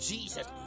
Jesus